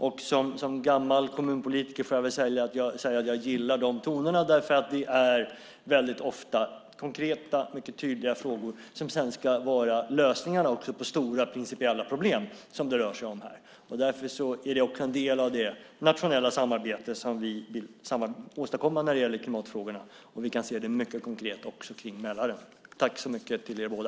Låt mig som gammal kommunpolitiker säga att jag gillar de tonerna eftersom det ofta gäller konkreta, tydliga frågor som sedan ska ge lösningar på stora, principiella problem, såsom det här rör sig om. Det utgör därmed en del av det nationella samarbete som vi vill åstadkomma när det gäller klimatfrågorna. Vi kan se det mycket tydligt när det gäller området kring Mälaren. Tack så mycket till er båda!